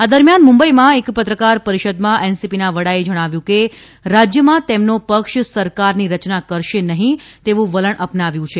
આ દરમ્યાન મુંબઇમાં એક પત્રકાર પરિષદમાં એનસીપીના વડાએ જણાવ્યું કે રાજયમાં તેમનો પક્ષ સરકારની રચના કરશે નહિં તેવું વલણ અપનાવ્યું છે